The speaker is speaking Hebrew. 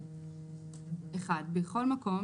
בכל מקום,